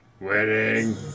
Wedding